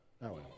No